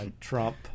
Trump